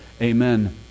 Amen